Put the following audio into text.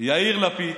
יאיר לפיד,